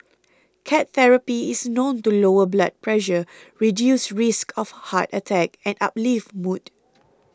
cat therapy is known to lower blood pressure reduce risks of heart attack and uplift mood